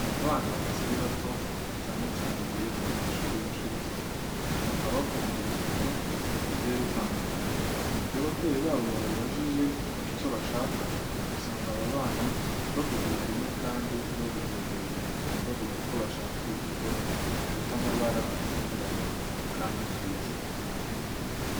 Abana bakiri bato cyane cyane abiga mu mashuri y'incuke usanga bakunda ibipupe bigiye bitandukanye. Iyo ababyeyi babo bababajije icyo bashaka, usanga aba bana bavugiye rimwe kandi bakavugira hejuru bavuga ko bashaka ibipupe bifite amabara anyuranye kandi byiza.